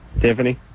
Tiffany